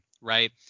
right